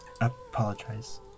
apologize